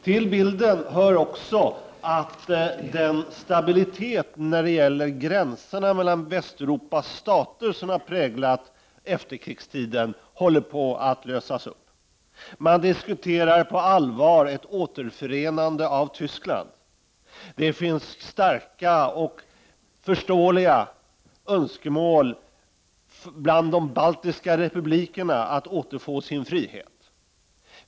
Till bilden hör vidare att den stabilitet när det gäller gränserna mellan Västeuropas stater som har präglat efterkrigstiden håller på att lösas upp. Man diskuterar på allvar ett återförenande av Tyskland. Det finns starka och förståeliga önskemål bland de baltiska republikerna att återfå sin frihet.